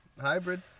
hybrid